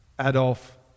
Adolf